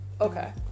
Okay